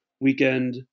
weekend